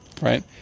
right